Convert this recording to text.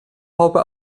haube